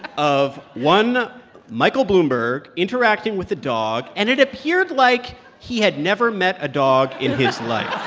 of one michael bloomberg interacting with a dog, and it appeared like he had never met a dog in his life